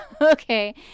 Okay